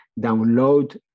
download